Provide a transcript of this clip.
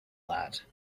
that